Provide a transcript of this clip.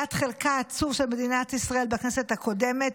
ומנת חלקה העצובה של מדינת ישראל בכנסת הקודמת,